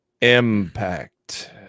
impact